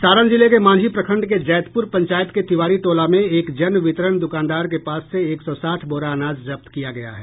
सारण जिले के मांझी प्रखंड के जैतपूर पंचायत के तिवारी टोला में एक जनवितरण दुकानदार के पास से एक सौ साठ बोरा अनाज जब्त किया गया है